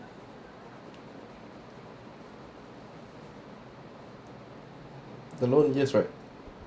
the loan yes right